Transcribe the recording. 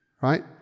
right